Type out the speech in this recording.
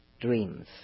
dreams